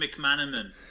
McManaman